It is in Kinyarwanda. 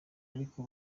ariko